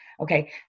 okay